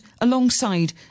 alongside